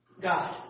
God